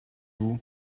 vous